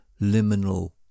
liminal